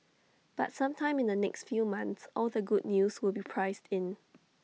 but sometime in the next few months all the good news will be priced in